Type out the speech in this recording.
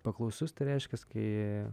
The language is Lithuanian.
paklausus tai reiškias kai